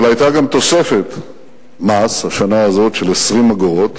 אבל היתה גם תוספת מס השנה הזאת של 20 אגורות.